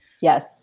Yes